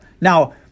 Now